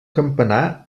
campanar